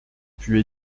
pus